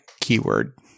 keyword